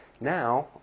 Now